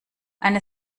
eine